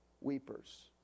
weepers